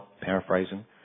paraphrasing